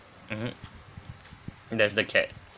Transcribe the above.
mmhmm and there's the cat